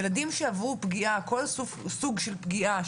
לילדים שעברו כל סוג של פגיעה,